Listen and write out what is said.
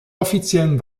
offiziellen